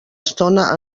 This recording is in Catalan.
estona